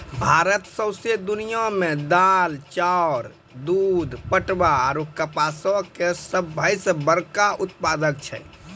भारत सौंसे दुनिया मे दाल, चाउर, दूध, पटवा आरु कपासो के सभ से बड़का उत्पादक छै